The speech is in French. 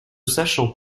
sachant